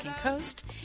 coast